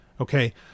Okay